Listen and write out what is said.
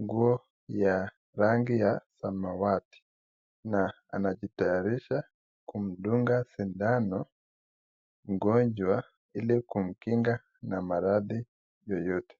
nguo ya rangi ya samawati, na anajitarisha kumdunga sindano mgonjwa ili kumkinga na maradhi yoyote.